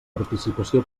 participació